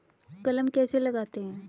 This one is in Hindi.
कलम कैसे लगाते हैं?